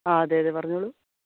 ആ അതെ അതെ പറഞ്ഞോളൂ